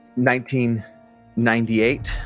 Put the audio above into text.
1998